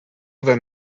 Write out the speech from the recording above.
then